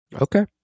Okay